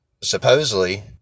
supposedly